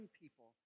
people